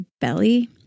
belly